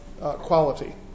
quality